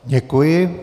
Děkuji.